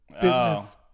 business